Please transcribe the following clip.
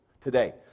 today